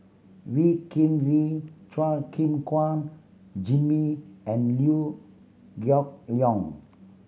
Wee Kim Wee Chua Gim Guan Jimmy and Liew Geok Leong